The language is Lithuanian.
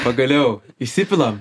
pagaliau įsipilam